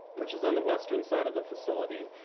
which is on the western side of the facility.